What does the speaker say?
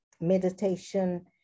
meditation